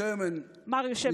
אמריקאי.